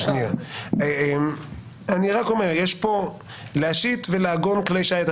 יש פה "להשיט ולעגון כלי שיט".